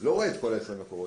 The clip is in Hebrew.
לא רואה את כל ה-20 מקורות.